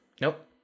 Nope